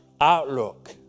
outlook